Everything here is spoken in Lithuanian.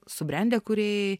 subrendę kūrėjai